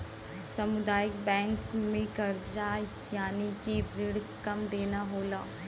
सामुदायिक बैंक में करजा यानि की रिण कम देना होला